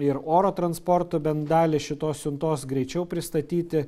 ir oro transportu bent dalį šitos siuntos greičiau pristatyti